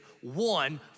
one